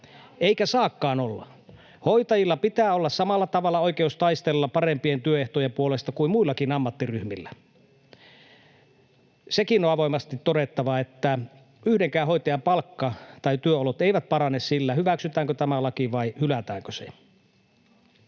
eikä saakaan olla. Hoitajilla pitää olla samalla tavalla oikeus taistella parempien työehtojen puolesta kuin muillakin ammattiryhmillä. Sekin on avoimesti todettava, että yhdenkään hoitajan palkka tai työolot eivät parane sillä, hyväksytäänkö tämä laki vai hylätäänkö se.